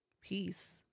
peace